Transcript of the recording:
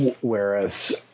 whereas